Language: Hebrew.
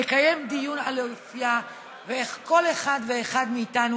נקיים דיון על אופייה ואיך כל אחד ואחד מאיתנו